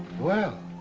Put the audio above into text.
well,